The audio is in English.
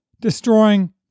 destroying